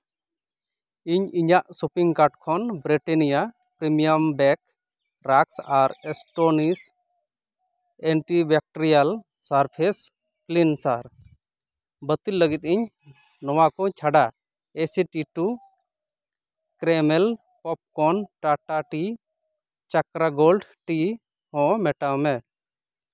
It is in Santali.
ᱤᱧ ᱤᱧᱟᱹᱜ ᱥᱚᱯᱤᱝ ᱠᱟᱨᱰ ᱠᱷᱚᱱ ᱵᱨᱤᱴᱟᱱᱤᱭᱟ ᱯᱨᱮᱢᱤᱭᱟᱢ ᱵᱮᱠ ᱨᱟᱥᱠ ᱟᱨ ᱮᱥᱴᱚᱱᱤᱥ ᱮᱱᱴᱤᱵᱮᱠᱴᱨᱤᱭᱟᱞ ᱥᱟᱨᱯᱷᱮᱥ ᱠᱞᱤᱱᱥᱟᱨ ᱵᱟᱹᱛᱤᱞ ᱞᱟᱹᱜᱤᱫ ᱤᱧ ᱱᱚᱣᱟ ᱠᱚ ᱪᱷᱰᱟ A C T two caramel popcorn Tata tea Chakra gold tea ᱦᱚᱸ ᱢᱮᱴᱟᱣ ᱢᱮ